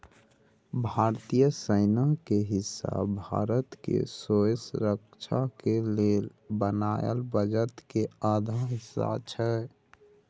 भारतीय सेना के हिस्सा भारत के सौँसे रक्षा के लेल बनायल बजट के आधा हिस्सा छै